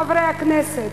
חברי הכנסת,